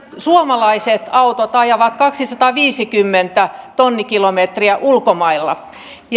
suomalaiset autot ajavat kaksisataaviisikymmentä tonnikilometriä ulkomailla